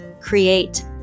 create